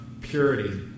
purity